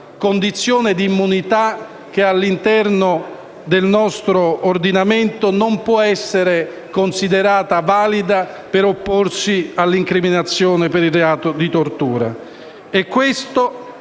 condizione di immunità che, all'interno del nostro ordinamento, può essere considerata valida per opporsi all'incriminazione per il reato di tortura.